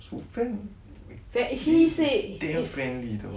sofian is damn friendly [tau]